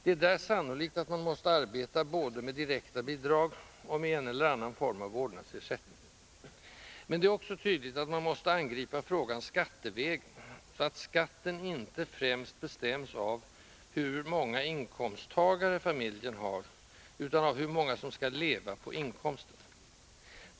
Det är sannolikt att man där måste arbeta både med direkta bidrag och med en eller annan form av vårdnadsersättning. Men det är också tydligt att man måste angripa frågan skattevägen, så att skatten inte främst bestäms av hur många inkomsttagare familjen har utan av hur många som skall leva på inkomsten.